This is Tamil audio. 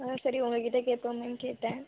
அதுதான் சரி உங்கள் கிட்டே கேட்போமேனு கேட்டேன்